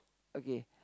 okay